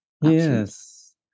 Yes